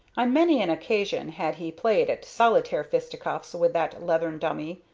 on many an occasion had he played at solitaire fisticuffs with that leathern dummy,